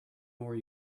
more